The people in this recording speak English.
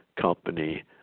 company